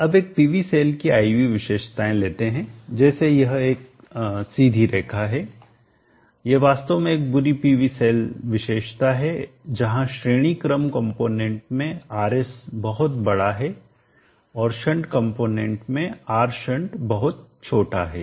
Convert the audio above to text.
अब एक PV cell की I V विशेषताएं लेते हैं जैसे यह एक सीधी रेखा है यह वास्तव में एक बुरी PV पीवी सेल विशेषता है जहां श्रेणी क्रम कंपोनेंट में Rs बहुत बड़ा है और शंट कंपोनेंट में Rshunt बहुत छोटा है